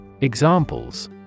Examples